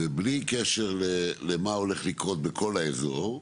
ובלי קשר למה הולך לקרות בכל האזור,